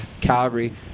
Calgary